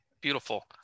Beautiful